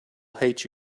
hate